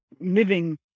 living